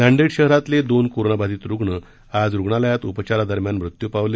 नांदेड शहरातले दोन कोरोनाबाधीत रूग्ण आज रूग्णालयात उपचारादरम्यान मृत्यू पावले